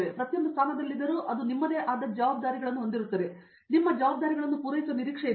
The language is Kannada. ಪ್ರತಿಯೊಂದು ಸ್ಥಾನದಲ್ಲಿದ್ದರೂ ಅದು ನಿಮ್ಮದೇ ಆದದ್ದು ನಿಮ್ಮ ಜವಾಬ್ದಾರಿಗಳನ್ನು ಹೊಂದಿದ್ದೀರಿ ನಿಮ್ಮ ಜವಾಬ್ದಾರಿಗಳನ್ನು ಪೂರೈಸುವ ನಿರೀಕ್ಷೆಯಿದೆ